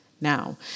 now